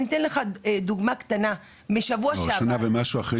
אני אתן לך דוגמה קטנה -- שנה ומשהו אחרי